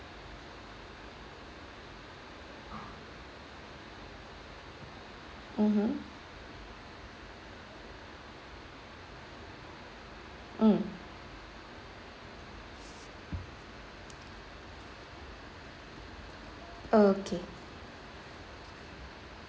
mmhmm mm okay